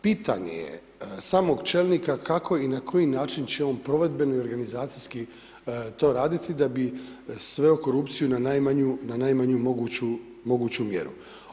Pitanje je samog čelnika kako i na koji način će on provedbeno i organizacijski to raditi da bi sveo korupciju na najmanju moguću mjeru.